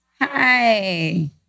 Hi